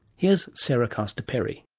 here's sarah castor-perry.